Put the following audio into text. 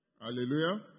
Hallelujah